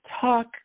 talk